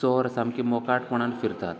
चोर सामकें मोकाटपणान फिरतात